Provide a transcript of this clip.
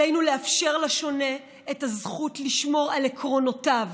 עלינו לאפשר לשונה את הזכות לשמור על עקרונותיו,